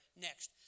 Next